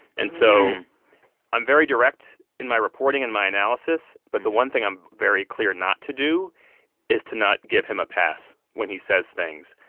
and so i'm very direct in my reporting and my analysis. but the one thing i'm very clear not to do is to not give him a pass when he says things,